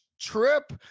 trip